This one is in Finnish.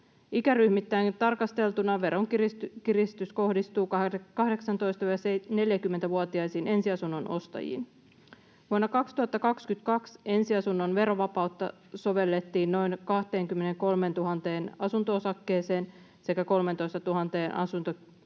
Ikäryhmittäin tarkasteltuna veronkiristys kohdistuu 18—40-vuotiaisiin ensiasunnon ostajiin. Vuonna 2022 ensiasunnon verovapautta sovellettiin noin 23 000 asunto-osakkeeseen sekä 13 000 asuntokiinteistökaupassa.